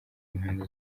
y’impande